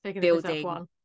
building